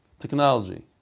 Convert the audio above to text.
technology